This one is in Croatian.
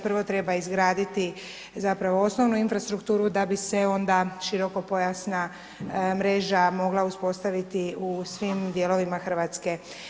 Prvo treba izgraditi zapravo osnovnu infrastrukturu da bi se onda širokopojasna mreža mogla uspostaviti u svim dijelovima RH.